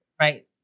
Right